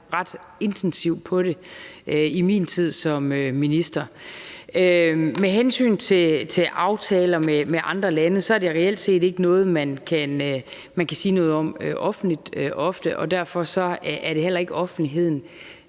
arbejdede ret intensivt på det i min tid som minister. Med hensyn til aftaler med andre lande er det reelt set ikke noget, man ofte kan sige noget om offentligt, og derfor kommer det heller ikke til offentlighedens